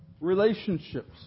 Relationships